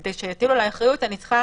כדי שיטילו עלי אחריות אני צריכה